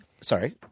sorry